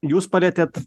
jūs palietėt